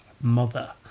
mother